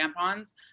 tampons